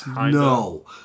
no